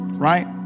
Right